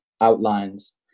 outlines